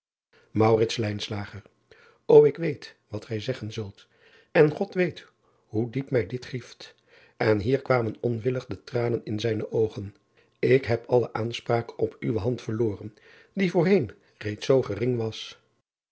k weet wat gij zeggen zult en od weet hoe diep mij dit grieft n hier kwamen onwillig de tranen in zijne oogen k heb alle aanspraak op uwe hand verloren die voorheen reeds zoo gering was